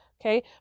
Okay